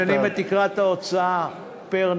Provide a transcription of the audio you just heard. משנים את תקרת ההוצאה פר-נפש.